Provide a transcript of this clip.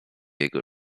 jego